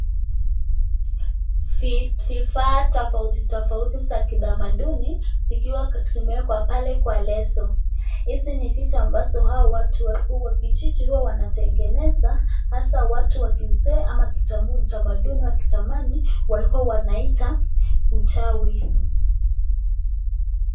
Vifaa tofauti tofauti za kitamaduni zikiwa zimewekwa pale kwa leso hizi ni vitu ambazo hao watu wakijiji huwa wanatengeneza hasaa watu wakizee ama wa kitamaduni wa kizamani walikuwa wanaita uchawi.